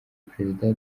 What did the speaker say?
perezida